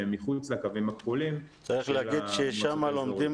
שהם מחוץ לקווים הכחולים --- צריך להגיד ששם לומדים